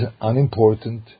unimportant